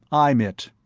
i'm it.